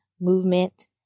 movement